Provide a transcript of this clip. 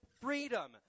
freedom